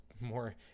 more